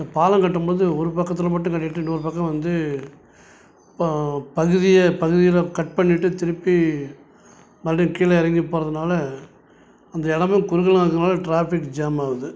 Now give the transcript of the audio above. இந்த பாலம் கட்டும்போது ஒரு பக்கத்தில் மட்டும் கட்டிட்டு இன்னொரு பக்கம் வந்து பகுதி பகுதியில் கட் பண்ணிட்டு திருப்பி மறுபடியும் கீழே இறங்கி போகிறதுனால அந்த இடமே குறுகலாக இருக்குறதுனால ட்ராஃபிக் ஜாம் ஆகுது